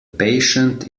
patient